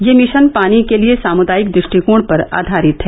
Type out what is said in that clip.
यह मिशन पानी के लिए सामुदायिक दृष्टिकोण पर आधारित है